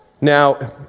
Now